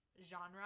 genre